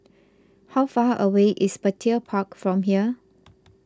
how far away is Petir Park from here